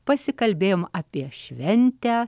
pasikalbėjome apie šventę